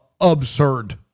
absurd